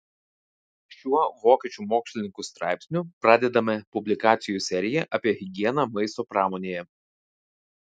šiuo vokiečių mokslininkų straipsniu pradedame publikacijų seriją apie higieną maisto pramonėje